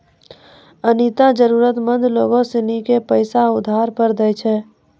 अनीता जरूरतमंद लोग सिनी के पैसा उधार पर दैय छै